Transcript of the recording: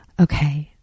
Okay